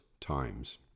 times